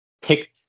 pick